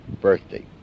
birthday